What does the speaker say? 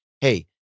Hey